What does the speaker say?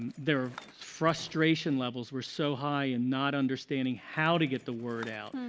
their frustration levels were so high in not understanding how to get the word out.